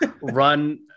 run